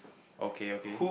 okay okay